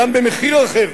גם במחיר אחר.